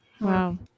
Wow